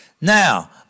Now